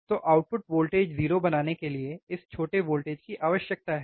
तो output voltage 0 बनाने के लिए इस छोटे वोल्टेज की आवश्यकता है